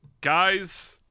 Guys